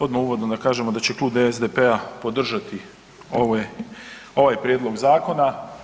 Odmah uvodno da kažemo da će Klub SDP-a podržati ovaj prijedlog zakona.